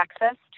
access